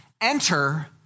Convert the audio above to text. Enter